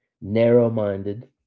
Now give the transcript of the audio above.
narrow-minded